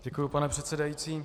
Děkuju, pane předsedající.